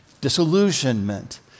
disillusionment